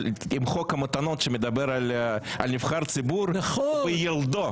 עם חוק המתנות שמדבר על נבחר ציבור וילדו,